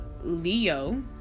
Leo